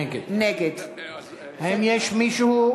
נגד האם יש מישהו?